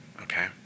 Okay